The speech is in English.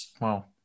Wow